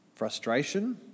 Frustration